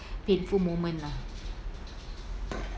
painful moment lah